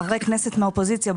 חברי כנסת מהאופוזיציה,